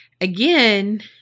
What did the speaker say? again